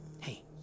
Hey